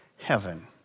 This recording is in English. Heaven